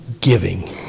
giving